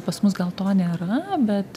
pas mus gal to nėra bet